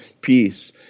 peace